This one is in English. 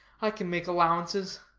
i can make allowances.